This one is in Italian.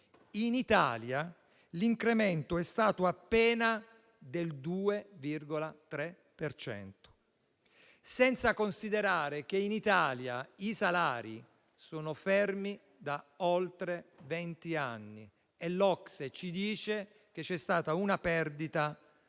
in Italia l'incremento è stato appena del 2,3 per cento. Questo senza considerare che in Italia i salari sono fermi da oltre vent'anni e l'OCSE ci dice che c'è stata una perdita